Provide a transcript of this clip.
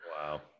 Wow